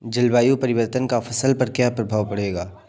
जलवायु परिवर्तन का फसल पर क्या प्रभाव पड़ेगा?